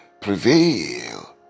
prevail